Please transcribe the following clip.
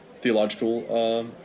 theological